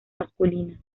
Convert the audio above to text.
masculinas